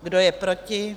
Kdo je proti?